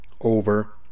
over